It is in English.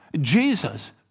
Jesus